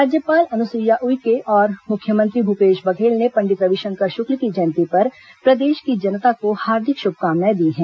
राज्यपाल अनुसुईया उइके और मुख्यमंत्री भूपेश बधेल ने पंडित रविशंकर शुक्ल की जयंती पर प्रदेश की जनता को हार्दिक शुभकामनाएं दी हैं